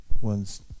one's